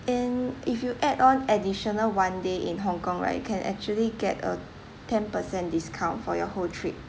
and if you add on additional one day in hong kong right you can actually get a ten percent discount for your whole trip